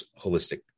holistic